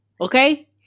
okay